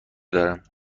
دارم